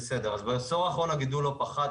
בעשור האחרון הגידול לא פחת,